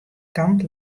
kant